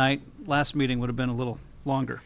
night last meeting would have been a little longer